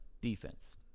Defense